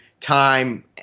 time